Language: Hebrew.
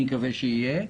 אני מקווה שיהיה,